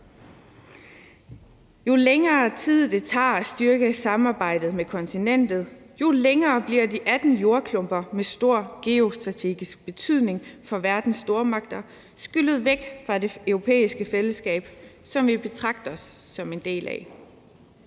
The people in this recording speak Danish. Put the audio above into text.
Jo længere tid det tager at styrke samarbejdet med kontinentet, jo længere bliver de 18 jordklumper med stor geostrategisk betydning for verdens stormagter skyllet væk fra det europæiske fællesskab, som vi betragter os som en del af.